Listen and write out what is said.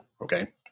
okay